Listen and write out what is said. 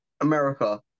America